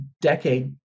decade